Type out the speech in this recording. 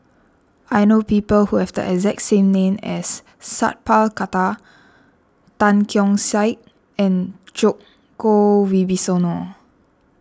I know people who have the exact name as Sat Pal Khattar Tan Keong Saik and Djoko Wibisono